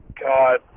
God